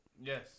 Yes